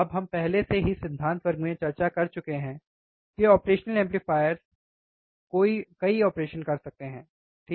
अब हम पहले से ही सिद्धांत वर्ग में चर्चा कर चुके हैं कि ऑपरेशनल एम्पलीफायर्स कई ऑपरेशन कर सकते हैं सही